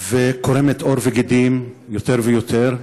וקורמת עור וגידים יותר ויותר.